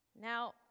Now